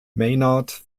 maynard